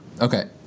Okay